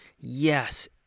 Yes